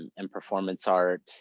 and and performance art,